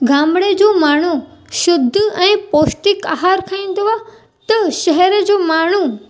गामिड़े जो माण्हू शुध्द ऐं पौष्टिक आहार खाईंदो आहे त शहर जो माण्हू